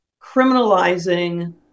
criminalizing